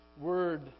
word